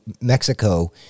mexico